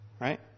right